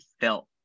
felt